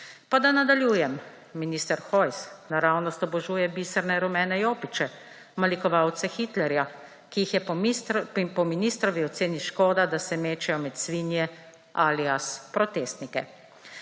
Pa, da nadaljujem, minister Hojs naravnost obožuje biserne rumene jopiče, malikovalce Hitlerja, ki jih je po ministrovi oceni škoda, da se mečejo med svinje alias protestnike.